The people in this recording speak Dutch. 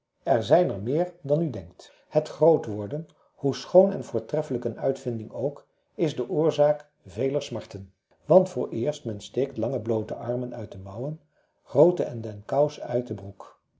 er zijn er meer dan men denkt het grootworden hoe schoon en voortreffelijk een uitvinding ook is de oorzaak veler smarten want vooreerst men steekt lange bloote armen uit de mouwen groote en den kous uit de broek